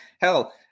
hell